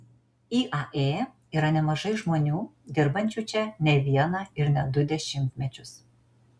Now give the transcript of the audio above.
iae yra nemažai žmonių dirbančių čia ne vieną ir ne du dešimtmečius